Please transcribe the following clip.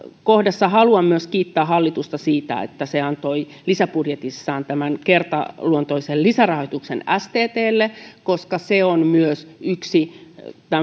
kohdassa haluan myös kiittää hallitusta siitä että se antoi lisäbudjetissaan tämän kertaluontoisen lisärahoituksen sttlle koska se on myös yksi